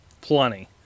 plenty